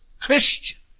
Christian